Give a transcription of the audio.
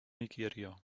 nigeria